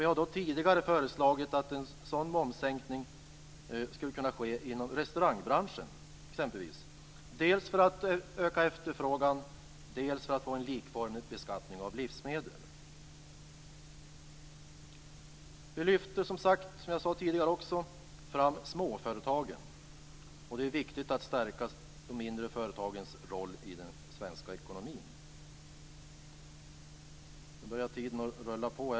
Vi har tidigare föreslagit att en sådan momssänkning exempelvis skulle kunna ske inom restaurangbranschen, detta dels för att öka efterfrågan, dels för att få en likformig beskattning av livsmedel. Som jag sade tidigare lyfter vi också fram småföretagen. Det är viktigt att stärka de mindre företagens roll i den svenska ekonomin. Nu börjar tiden att rinna i väg, fru talman.